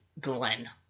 Glenn